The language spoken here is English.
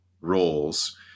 roles